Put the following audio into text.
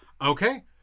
Okay